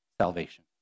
salvation